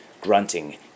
Grunting